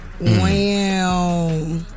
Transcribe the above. Wow